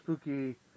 spooky